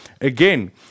Again